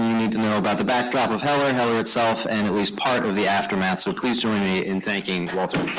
need to know about the backdrop of heller, heller itself, and at least part of the aftermath. so please join me in thanking walter